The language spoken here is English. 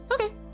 Okay